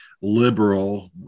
liberal